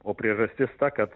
o priežastis ta kad